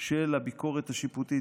של הביקורת השיפוטית.